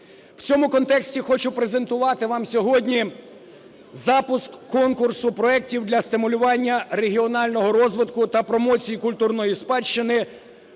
В цьому контексті хочу презентувати вам сьогодні запуск конкурсу проектів для стимулювання регіонального розвитку та промоцій культурної спадщини